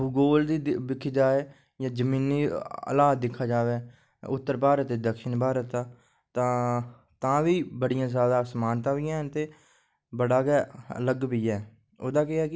भुगोल ई दिक्खेआ जाये जां जमीनी हलात दिक्खेआ जावै उत्थर भारत ते दक्षिण भारत दा ते तां बी बड़ियां जादै समानता बी हैन ते बड़ा बी अलग बी ऐ ओह्दा केह् ऐ की